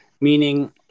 Meaning